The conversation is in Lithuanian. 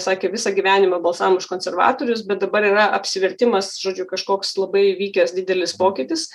sakė visą gyvenimą balsavom už konservatorius bet dabar yra apsivertimas žodžiu kažkoks labai įvykęs didelis pokytis